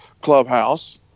clubhouse